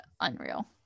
Unreal